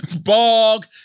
Bog